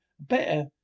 Better